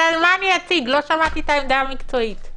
אבל לא שמעתי את העמדה המקצועית.